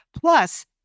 plus